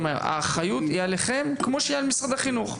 האחריות היא עליכם כמו שהיא על משרד החינוך.